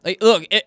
Look